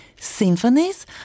Symphonies